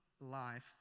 life